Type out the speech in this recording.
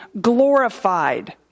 glorified